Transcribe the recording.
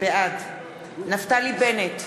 בעד נפתלי בנט,